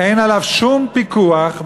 אין עליו שום פיקוח,